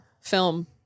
film